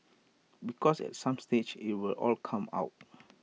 because at some stage IT will all come out